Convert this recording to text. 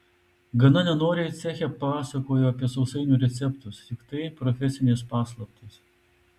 gana nenoriai ceche pasakojo apie sausainių receptus juk tai profesinės paslaptys